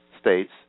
states